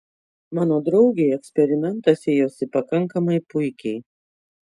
mano draugei eksperimentas ėjosi pakankamai puikiai